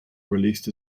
released